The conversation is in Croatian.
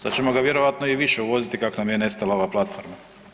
Sada ćemo ga vjerojatno i više uvoziti kako nam je nestala ova platforma?